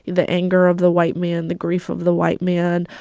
the anger of the white man, the grief of the white man,